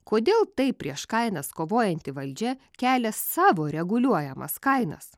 kodėl taip prieš kainas kovojanti valdžia kelia savo reguliuojamas kainas